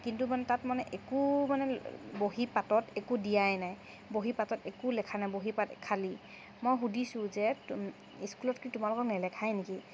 কিন্তু মানে তাত মানে একো মানে বহী পাতত একো দিয়াই নাই বহী পাতত একো লিখা নাই বহী পাত খালী মই সুধিছো যে স্কুলত কি তোমালোকক নিলিখায় নেকি